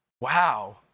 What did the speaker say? Wow